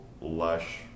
lush